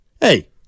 Hey